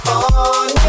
on